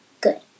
Good